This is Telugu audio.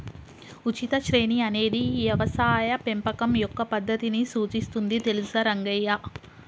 ఉచిత శ్రేణి అనేది యవసాయ పెంపకం యొక్క పద్దతిని సూచిస్తుంది తెలుసా రంగయ్య